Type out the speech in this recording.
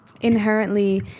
inherently